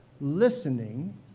listening